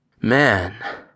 Man